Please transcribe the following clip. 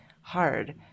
hard